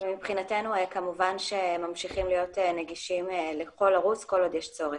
מבחינתנו כמובן ממשיכים להיות נגישים לכל ערוץ כל עוד יש צורך.